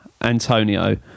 Antonio